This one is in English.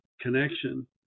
connection